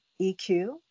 EQ